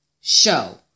Show